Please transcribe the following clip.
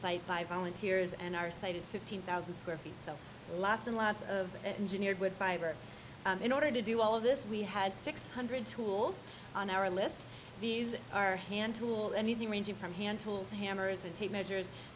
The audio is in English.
site by volunteers and our site is fifteen thousand square feet so lots and lots of engineers with fiber in order to do all of this we had six hundred tools on our list these are hand tool anything ranging from hand tools hammers and tape measures